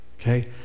okay